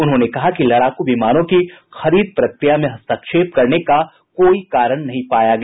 उन्होंने कहा कि लड़ाकू विमानों की खरीद प्रक्रिया में हस्तक्षेप करने का कोई कारण नहीं पाया गया